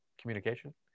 communication